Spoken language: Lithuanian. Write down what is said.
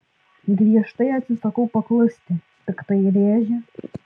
griežtai atsisakau paklusti piktai rėžia